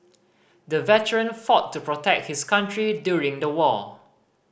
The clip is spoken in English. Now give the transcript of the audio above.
the veteran fought to protect his country during the war